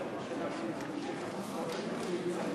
על חשבוננו הפרטי.